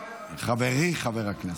חברי חבר הכנסת.